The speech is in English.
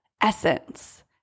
essence